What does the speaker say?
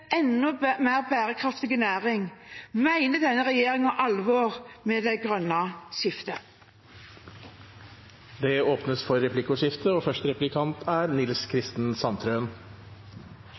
mer bærekraftig næring, mener denne regjeringen alvor med det grønne skiftet. Det blir replikkordskifte. I min replikk til representanten Reiten, som er